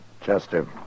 Chester